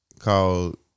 Called